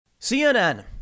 CNN